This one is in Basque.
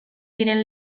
diren